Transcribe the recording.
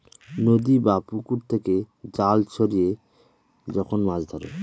নদী বা পুকুর থেকে জাল ছড়িয়ে যখন মাছ ধরে